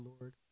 Lord